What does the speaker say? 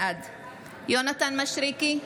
בעד יונתן מישרקי,